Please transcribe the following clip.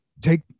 take